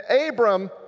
Abram